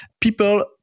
People